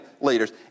leaders